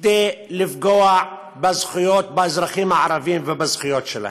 כדי לפגוע באזרחים הערבים ובזכויות שלהם.